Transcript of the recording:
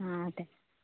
ആ അതെ